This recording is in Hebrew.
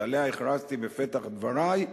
שעליה הכרזתי בפתח דברי,